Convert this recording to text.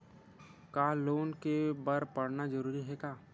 का लोन ले बर पढ़ना जरूरी हे का?